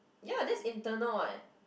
ya that's internal [what]